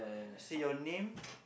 say your name